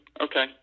Okay